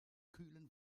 kühlen